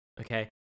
Okay